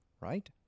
right